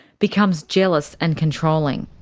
becomes jealous and controlling.